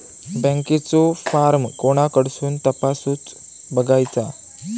बँकेचो फार्म कोणाकडसून तपासूच बगायचा?